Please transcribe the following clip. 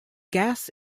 gas